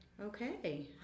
Okay